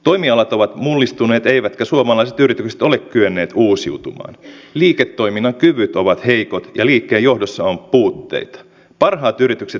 millä aikataululla ja kuinka suuret ne mahdollisesti ovat meidän yrityksiin energiapolitiikkaan vientiin ja sitä kautta ehkä myös työllisyyteen